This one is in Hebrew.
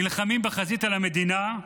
נלחמים בחזית על המדינה,